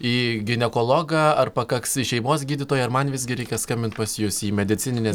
į ginekologą ar pakaks šeimos gydytojo ar man visgi reikia skambinti pas jus į medicininės